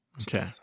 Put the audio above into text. Okay